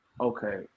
okay